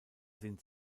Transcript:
sind